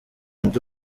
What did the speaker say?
ndi